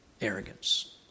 Arrogance